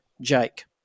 Jake